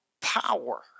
power